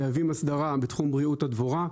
חייבים הסדרה בתחום בריאות הדבורה.